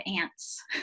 ants